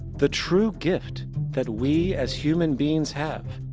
the true gift that we as human beings have,